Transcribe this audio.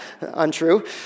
Untrue